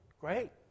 Great